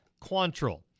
Quantrill